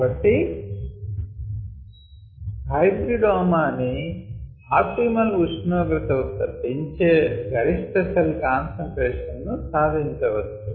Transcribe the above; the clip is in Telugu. కాబట్టి హైబ్రీడామా ని ఆప్టిమల్ ఉష్ణోగ్రత వద్ద పెంచితే గరిష్ట సెల్ కాన్సంట్రేషన్ ను సాధించవచ్చు